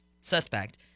suspect